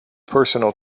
personal